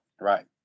Right